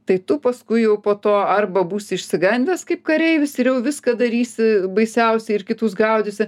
tai tu paskui jau po to arba būsi išsigandęs kaip kareivis ir jau viską darysi baisiausiai ir kitus gaudysi